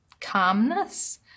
calmness